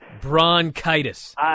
Bronchitis